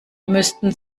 müssten